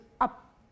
up